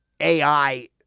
AI